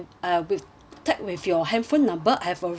tagged with your handphone number I have already